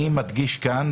אני מדגיש כאן,